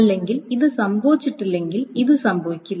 അല്ലെങ്കിൽ ഇത് സംഭവിച്ചില്ലെങ്കിൽ ഇത് സംഭവിക്കില്ല